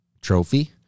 trophy